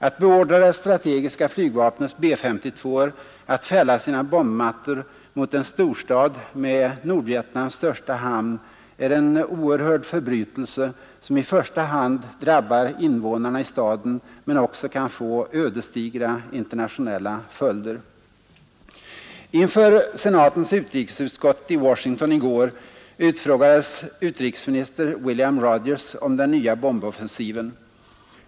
Att beordra det strategiska flygvapnets B-S2:or att fälla sina bombmattor mot en storstad med Nordvietnams största hamn är en oerhörd förbrytelse som i första hand drabbar invånarna i staden men också kan få ödesdigra internationella följder. Inför senatens utrikesutskott i Washington i går utfrågades utrikesminister William Rogers om den nya bomboffensiven.